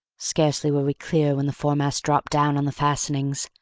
scarcely were we clear when the foremast dropped down on the fastenings,